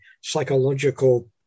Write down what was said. psychological